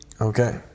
Okay